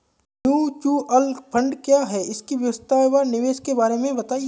Mutual fund क्या है इसकी विशेषता व निवेश के बारे में बताइये?